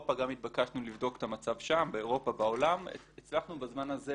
נתבקשנו לבדוק את המצב באירופה ובעולם והצלחנו בזמן הזה